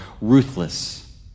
ruthless